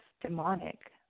demonic